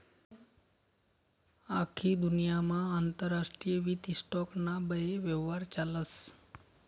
आख्खी दुन्यामा आंतरराष्ट्रीय वित्त स्टॉक ना बये यव्हार चालस